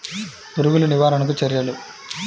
పురుగులు నివారణకు చర్యలు?